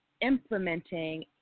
implementing